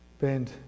Bend